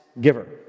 giver